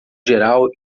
geral